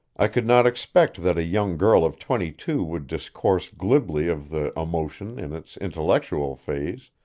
i could not expect that a young girl of twenty-two would discourse glibly of the emotion in its intellectual phase,